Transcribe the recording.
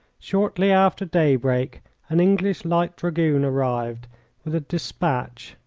shortly after daybreak an english light dragoon arrived with a despatch,